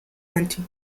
until